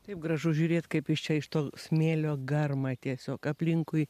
taip gražu žiūrėt kaip iš čia iš to smėlio garma tiesiog aplinkui